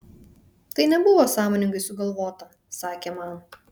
tai nebuvo sąmoningai sugalvota sakė man